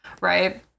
Right